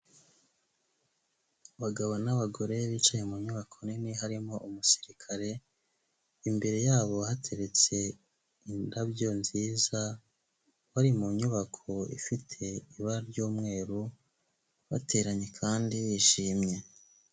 Abagabo n'abagore bicaye mu nyubako nini harimo umusirikare, imbere yabo hateretse indabyo nziza, bari mu nyubako ifite ibara ry'umweru, bateranye kandi bishimye.